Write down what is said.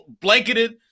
blanketed